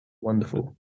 Wonderful